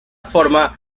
forma